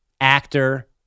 Actor